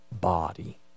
body